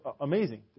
Amazing